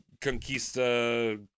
conquista